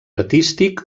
artístic